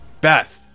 Beth